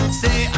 say